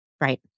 Right